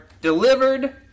delivered